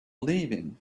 leaving